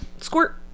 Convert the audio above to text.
squirt